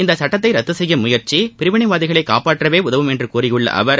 இந்த சட்டத்தை ரத்து செய்யும் முயற்சி பிரிவினைவாதிகளை காப்பாற்றவே உதவும் என்று கூறியுள்ள அவர்